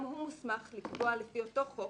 גם הוא מוסמך לקבוע לפי אותו חוק,